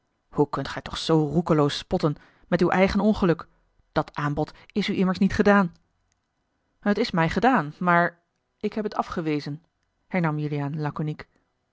hoe kunt gij toch zoo roekeloos spotten met uw eigen ongeluk dat aanbod is u immers niet gedaan a l g bosboom-toussaint de delftsche wonderdokter eel et is mij gedaan maar ik heb het afgewezen hernam juliaan laconiek